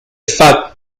fact